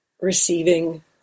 receiving